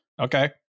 Okay